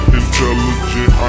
intelligent